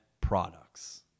products